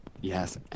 Yes